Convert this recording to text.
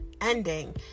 ending